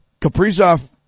Kaprizov